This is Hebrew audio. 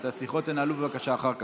את השיחות תנהלו בבקשה אחר כך.